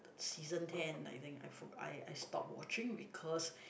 season ten I think I forgo~ I I stopped watching because